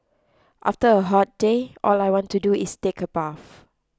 after a hot day all I want to do is take a bath